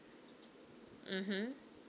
mmhmm